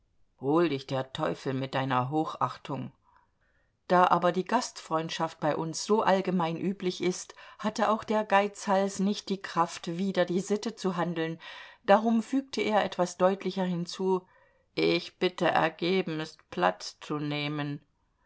hol dich der teufel mit deiner hochachtung da aber die gastfreundschaft bei uns so allgemein üblich ist hatte auch der geizhals nicht die kraft wider die sitte zu handeln darum fügte er etwas deutlicher hinzu ich bitte ergebenst platz zu nehmen